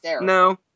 no